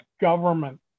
government